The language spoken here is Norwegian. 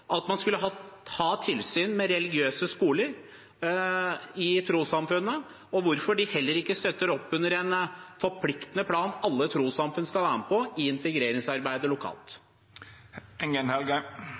at man skulle ha tilsyn med religiøse skoler i trossamfunnene? Og hvorfor støtter de heller ikke opp under en forpliktende plan alle trossamfunn skal være med på i integreringsarbeidet lokalt?